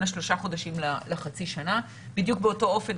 שלושה חודשים לחצי שנה בדיוק באותו אופן,